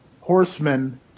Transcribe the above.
horsemen